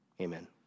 amen